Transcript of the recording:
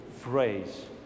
phrase